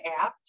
apps